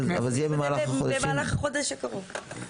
אבל זה יהיה במהלך החודשים --- במהלך החודש הקרוב.